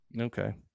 Okay